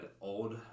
Old